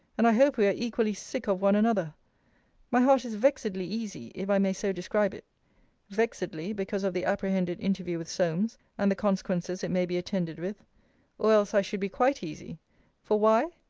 and i hope we are equally sick of one another my heart is vexedly easy, if i may so describe it vexedly because of the apprehended interview with solmes, and the consequences it may be attended with or else i should be quite easy for why?